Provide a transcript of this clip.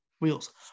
Wheels